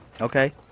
Okay